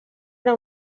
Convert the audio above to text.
era